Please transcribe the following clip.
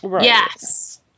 Yes